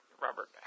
Robert